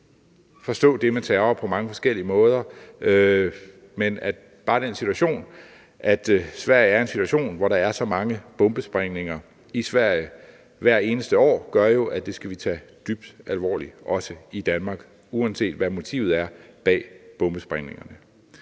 forstå det med terror på mange forskellige måder, men bare den situation, at Sverige er i en situation, hvor der er så mange bombesprængninger i Sverige hvert eneste år, gør jo, at det skal vi tage dybt alvorligt, også i Danmark, uanset hvad motivet bag bombesprængningerne